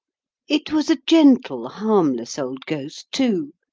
it was a gentle, harmless, old ghost, too,